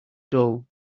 dull